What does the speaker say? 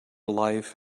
life